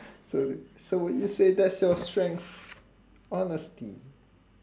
so so would you say that's your strength honesty